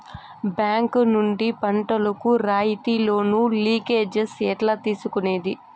Bank నుండి పంటలు కు రాయితీ లోను, లింకేజస్ ఎట్లా తీసుకొనేది?